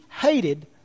hated